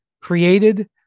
created